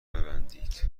ببندید